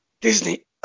Disney